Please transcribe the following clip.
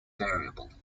variable